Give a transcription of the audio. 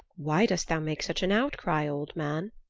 why dost thou make such an outcry, old man?